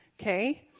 Okay